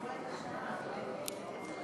לוועדת הכלכלה נתקבלה.